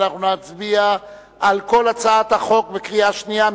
ואנחנו נצביע על כל הצעת החוק בקריאה שנייה,